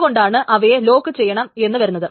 അതു കൊണ്ടാണ് അവയെ ലോക്കുചെയ്യണം എന്നു വരുന്നത്